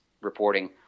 reporting